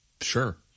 Sure